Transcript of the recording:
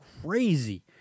crazy